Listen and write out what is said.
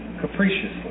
capriciously